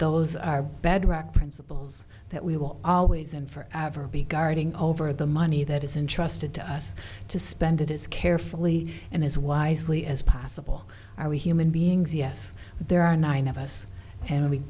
those are bedrock principles that we will always and forever be guarding over the money that is in trusted to us to spend it is carefully and as wisely as possible are we human beings yes there are nine of us and we